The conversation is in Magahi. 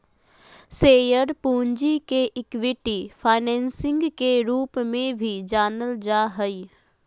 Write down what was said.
शेयर पूंजी के इक्विटी फाइनेंसिंग के रूप में भी जानल जा हइ